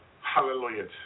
Hallelujah